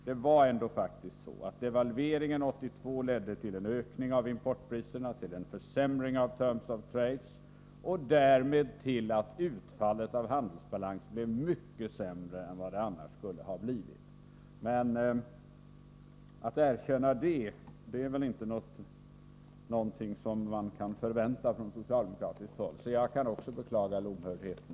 Det var faktiskt så, att devalveringen 1982 ledde till en ökning av importpriserna, till en försämring av terms of trade och därmed till att utfallet av handelsbalansen blev sämre än det annars skulle ha blivit. Ett erkännande av detta från socialdemokratiskt håll är väl inte någonting som man kan förvänta sig, så jag kan också beklaga lomhördheten.